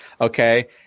Okay